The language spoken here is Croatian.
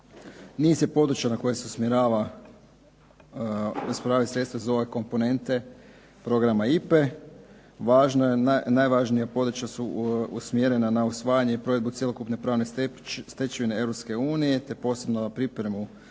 Niz je područja na koje se usmjeravaju sredstva za ove komponente programa IPA-e. Najvažnija područja su usmjerena na usvajanje i provedbu cjelokupne pravne stečevine Europske unije te posebno na pripremu